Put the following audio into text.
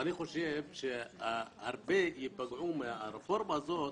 אני חושב שמי שיפגעו הכי הרבה מהרפורמה הזאת